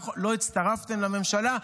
לא הצטרפתם לממשלה,